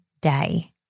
day